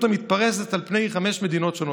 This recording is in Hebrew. המתפרסת על פני חמש מדינות שונות.